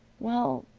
well,